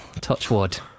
Touchwood